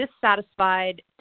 dissatisfied